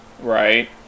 Right